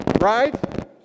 right